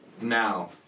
Now